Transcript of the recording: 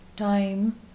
Time